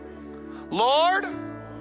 Lord